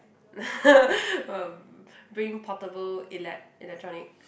um bring portable elect~ electronic